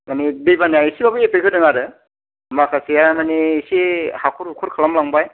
मानि दैबानाया एसेबाबो एफेक्ट होदों आरो माखासेआ मानि एसे हाखर हुखर खालाम लांबाय